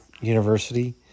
University